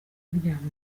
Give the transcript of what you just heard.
kuryamamo